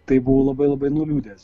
tai buvau labai labai nuliūdęs